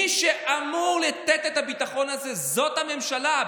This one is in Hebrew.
מי שאמור לתת את הביטחון הזה זאת הממשלה.